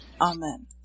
Amen